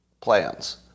plans